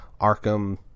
Arkham